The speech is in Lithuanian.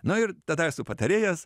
na ir tada esu patarėjas